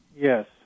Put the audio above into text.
Yes